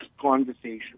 conversation